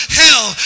hell